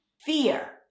fear